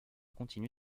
continue